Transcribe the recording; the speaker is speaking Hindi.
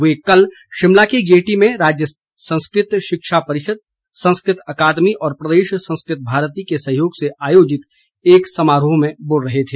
वे कल शिमला के गेयटी में राज्य संस्कृत शिक्षा परिषद संस्कृत अकादमी और प्रदेश संस्कृत भारती के सहयोग से आयोजित एक समारोह में बोल रहे थे